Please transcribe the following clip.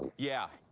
yeah.